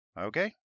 Okay